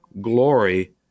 glory